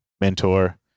mentor